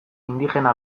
indigena